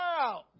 out